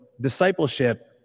discipleship